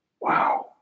wow